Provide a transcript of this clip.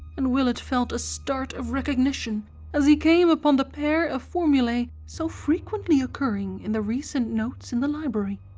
and willett felt a start of recognition as he came upon the pair of formulae so frequently occurring in the recent notes in the library.